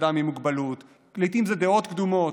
אדם עם מוגבלות ולעיתים זה דעות קדומות,